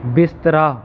ਬਿਸਤਰਾ